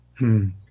-hmm